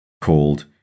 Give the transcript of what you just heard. called